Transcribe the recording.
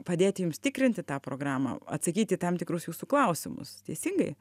padėti jums tikrinti tą programą atsakyti į tam tikrus jūsų klausimus teisingai